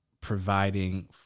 providing